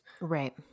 Right